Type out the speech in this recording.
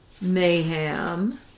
Mayhem